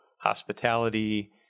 hospitality